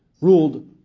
ruled